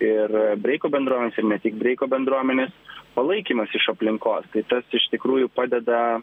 ir breiko bendruomenės ir ne tik breiko bendruomenės palaikymas iš aplinkos kai tas iš tikrųjų padeda